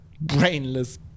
brainless